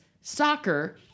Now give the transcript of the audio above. soccer